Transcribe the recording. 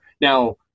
Now